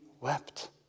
wept